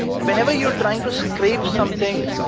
whenever you're trying to scrape something,